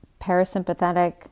parasympathetic